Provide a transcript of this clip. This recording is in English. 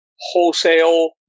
wholesale